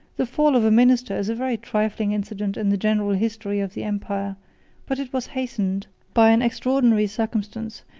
the fall of a minister is a very trifling incident in the general history of the empire but it was hastened by an extraordinary circumstance,